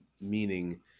meaning